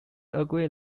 agree